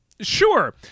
Sure